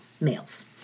males